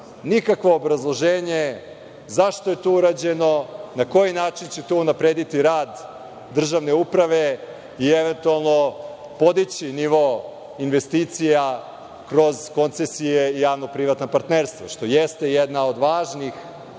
nikakvog obrazloženja zašto je to urađeno, na koji način će to unaprediti rad državne uprave i eventualno podići nivo investicija kroz koncesije i javno-privatna partnerstva, što jeste jedna od važnih